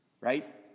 Right